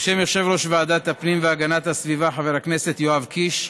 בשם יושב-ראש ועדת הפנים והגנת הסביבה חבר הכנסת יואב קיש,